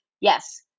Yes